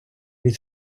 від